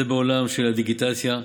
זה בעולם של הדיגיטציה,